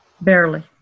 barely